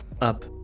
up